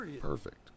perfect